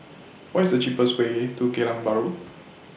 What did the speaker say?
What IS The cheapest Way to Geylang Bahru